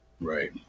Right